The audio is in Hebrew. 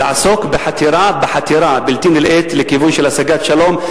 נעסוק בחתירה בלתי נלאית לכיוון של השגת שלום.